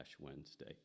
Wednesday